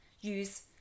use